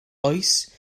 oes